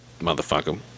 Motherfucker